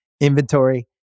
inventory